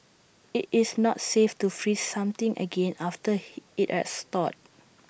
IT is not safe to freeze something again after he IT has thawed